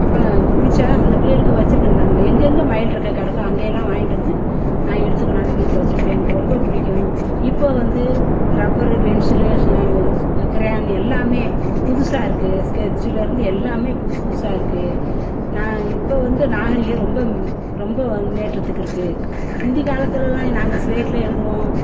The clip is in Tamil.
அப்போ பிரித்தா அந்த பிள்ளைகளுக்கு வெச்சிருக்க நாம் எங்கெங்கே மயில் றெக்கை கிடக்கோ அங்கேயெல்லாம் வாங்கிட்டு வந்து நான் எடுத்து கொண்டாந்து வீட்டில் வைச்சிருப்பேன் எனக்கு ரொம்ப பிடிக்கும் இப்போ வந்து ரப்பரு பென்சிலு க்ரையான் எல்லாமே புதுசாக இருக்குது ஸ்கெட்ச்சுலேருந்து எல்லாமே புதுசு புதுசாக இருக்குது நான் இப்போ வந்து நாகரிகம் ரொம்ப ரொம்ப முன்னேற்றத்துக்கு இருக்குது முந்தி காலத்திலெல்லாம் நாங்கள் ஸ்லேட்டில் எழுதுவோம்